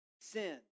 sin